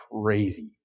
crazy